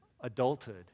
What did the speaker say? adulthood